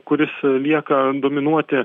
kuris lieka dominuoti